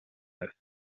neuf